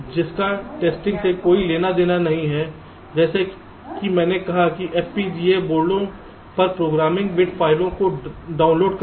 जिनका टेस्टिंग से कोई लेना देना नहीं है जैसे कि मैंने कहा FPGA बोर्डों पर प्रोग्रामिंग बिट फ़ाइलों को डाउनलोड करना